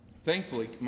Thankfully